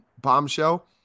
Bombshell